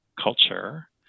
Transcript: culture